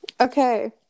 Okay